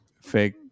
fake